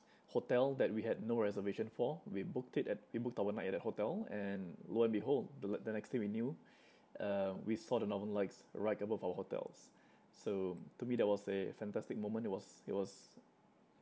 hotel that we had no reservation for we booked it at we booked our night at a hotel and lo and behold the l~ the next thing we knew uh we saw the northern lights right above our hotels so to me that was a fantastic moment it was it was